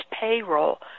payroll